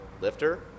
lifter